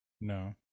No